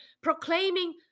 proclaiming